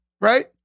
right